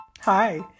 Hi